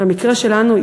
במקרה שלנו,